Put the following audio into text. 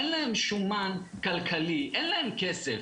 אין להם שומן כלכלי, אין להם כסף.